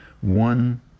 one